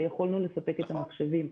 ויכולנו לספק המחשבים -- נכון.